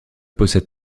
possède